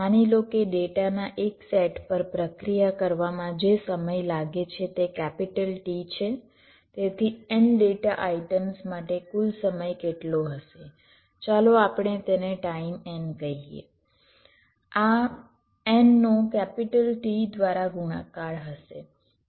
માની લો કે ડેટા ના એક સેટ પર પ્રક્રિયા કરવામાં જે સમય લાગે છે તે T છે તેથી n ડેટા આઇટમ્સ માટે કુલ સમય કેટલો હશે ચાલો આપણે તેને ટાઇમ n કહીએ આ n નો T દ્વારા ગુણાકાર હશે